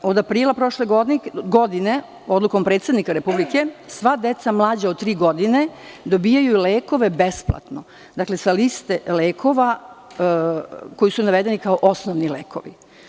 Od aprila prošle godine, odlukom predsednika Republike, sva deca mlađa od tri godine dobijaju besplatno lekove sa liste lekova koji su navedeni kao osnovni lekovi.